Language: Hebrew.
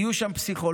יהיו שם פסיכולוגים,